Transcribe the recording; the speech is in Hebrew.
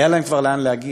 כבר היה להם לאן להגיע,